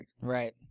Right